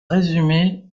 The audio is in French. résumer